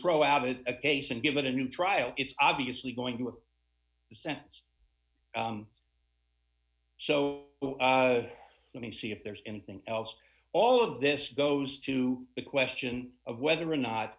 throw out that a case and give it a new trial it's obviously going to sense so let me see if there's anything else all of this goes to the question of whether or not